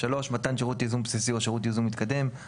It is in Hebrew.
מתן שירות ייזום בסיסי או שירות ייזום מתקדם,